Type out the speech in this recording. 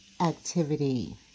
activity